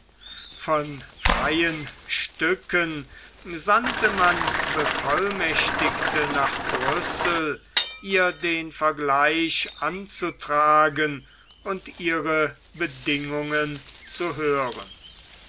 von freien stücken sandte man bevollmächtigte nach brüssel ihr den vergleich anzutragen und ihre bedingungen zu hören